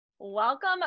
Welcome